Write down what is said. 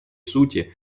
сути